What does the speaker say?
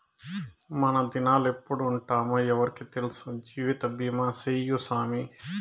మనదినాలెప్పుడెప్పుంటామో ఎవ్వురికి తెల్సు, జీవితబీమా సేయ్యి సామీ